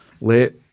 Let